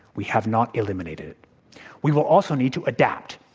we have not eliminated we will also need to adapt.